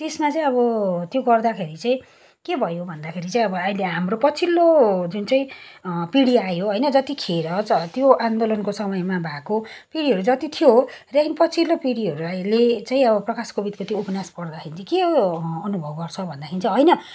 त्यसमा चाहिँ अब त्यो गर्दाखेरि चाहिँ के भयो भन्दाखेरि चाहिँ अब अहिले हाम्रो पछिल्लो जुन चाहिँ पिँढी आयो होइन जतिखेर च त्यो आन्दोलनको समयमा भएको पिँढीहरू जति थियो त्यहाँदेखि पछिल्लो पिँढीहरू आयोले चाहिँ अब प्रकाश कोविदको त्यो उपन्यास पढ्दाखेरि के अनुभव गर्छ भन्देखेरि चाहिँ होइन